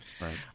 Right